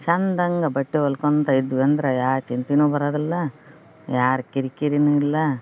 ಚಂದಂಗ ಬಟ್ಟೆ ಹೊಲ್ಕೊಳ್ತಾ ಇದ್ವಿ ಅಂದ್ರ ಯಾ ಚಿಂತೆನೂ ಬರದಿಲ್ಲ ಯಾರ ಕಿರಿಕಿರಿನೂ ಇಲ್ಲ